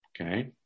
okay